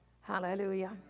Hallelujah